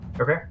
Okay